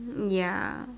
um ya